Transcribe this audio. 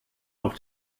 auf